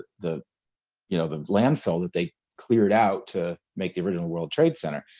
the the you know, the landfill that they cleared out to make the original world trade center.